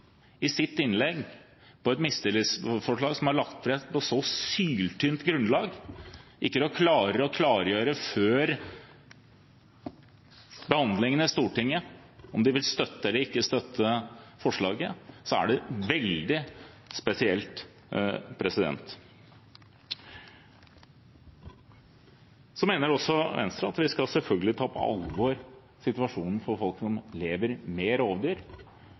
i sitt innlegg – etter et mistillitsforslag som er lagt fram på et så syltynt grunnlag – ikke klarer å klargjøre før behandlingen i Stortinget om de vil støtte eller ikke støtte forslaget, er det veldig spesielt. Venstre mener også at vi selvfølgelig skal ta på alvor situasjonen for folk som lever med rovdyr,